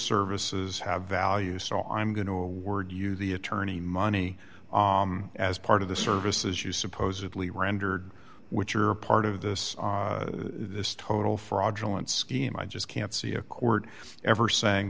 services have value so i'm going to a word you the attorney money as part of the services you supposedly rendered which are part of this this total fraudulent scheme i just can't see a court ever saying